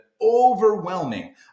overwhelming